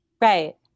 Right